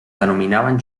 denominaven